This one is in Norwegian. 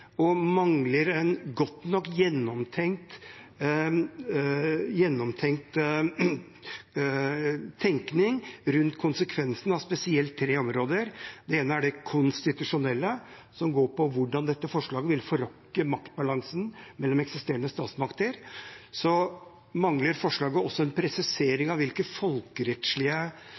og mangler en godt nok gjennomtenkt vurdering av konsekvensene, spesielt for tre områder. Det ene er det konstitusjonelle, som går på hvordan dette forslaget vil forrykke maktbalansen mellom eksisterende statsmakter. Forslaget mangler også en presisering av hvilke folkerettslige